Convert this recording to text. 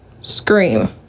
Scream